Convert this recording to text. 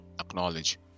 acknowledge